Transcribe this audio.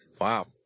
Wow